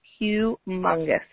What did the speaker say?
humongous